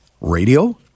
radio